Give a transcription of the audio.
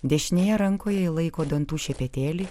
dešinėje rankoje ji laiko dantų šepetėlį